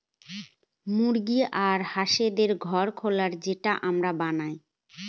মুরগি আর হাঁসদের ঘর খোলা যেটা আমরা বানায়